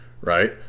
right